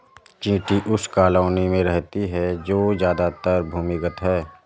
चींटी उस कॉलोनी में रहती है जो ज्यादातर भूमिगत है